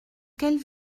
quelle